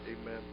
amen